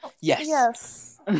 Yes